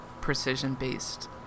precision-based